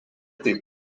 taip